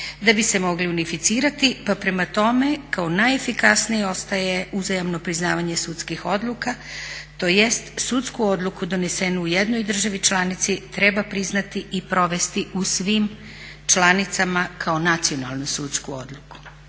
da bi se mogli unificirati pa prema tome kao najefikasnije ostaje uzajamno priznavanje sudskih odluka tj. sudsku odluku donesenu u jednoj državi članici treba priznati i provesti u svim članicama kao nacionalnu sudsku odluku.